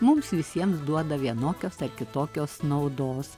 mums visiems duoda vienokios ar kitokios naudos